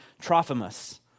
Trophimus